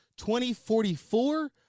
2044